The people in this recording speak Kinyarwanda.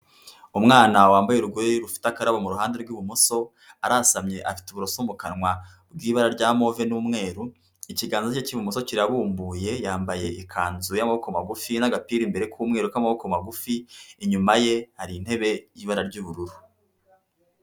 Umwana wambaye urugori rufite akarabo mu ruhande rw'ibumoso, aransamye afite uburoso mu kanwa, bw'ibara rya move n'umweru, ikiganza cye cy'ibumoso kirabumbuye yambaye ikanzu y'amaboko magufi n'agapira imbere k'umweru k'amaboko magufi, inyuma ye hari intebe y'ibara ry'ubururu.